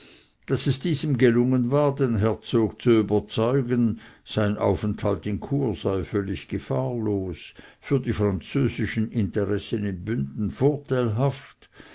daß es diesem gelungen war den herzog zu überzeugen sein aufenthalt in chur sei völlig gefahrlos für die französischen interessen in bünden vorteilhaft